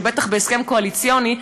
ובטח בהסכם קואליציוני,